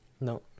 No